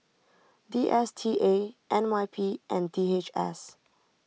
D S T A N Y P and D H S